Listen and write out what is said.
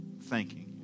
thanking